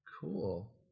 Cool